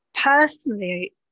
personally